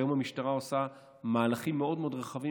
היום המשטרה עושה מהלכים מאוד מאוד רחבים